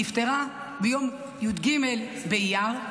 נפטרה ביום י"ג באייר,